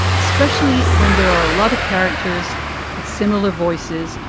especially when there are a lot of characters with similar voices.